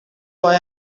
why